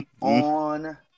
on